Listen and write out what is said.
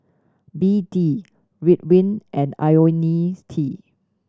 B D Ridwind and Ionil's T